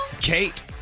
Kate